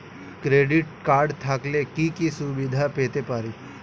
Credit card থাকলে কি কি সুবিধা পেতে পারি?